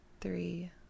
three